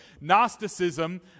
Gnosticism